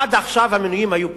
עד עכשיו המינויים היו פוליטיים.